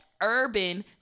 urban